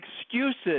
excuses